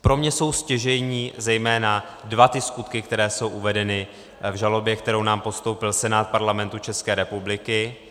Pro mě jsou stěžejní zejména dva ty skutky, které jsou uvedeny v žalobě, kterou nám postoupil Senát Parlamentu České republiky.